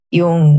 yung